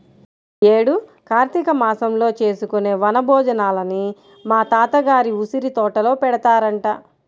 యీ యేడు కార్తీక మాసంలో చేసుకునే వన భోజనాలని మా తాత గారి ఉసిరితోటలో పెడతారంట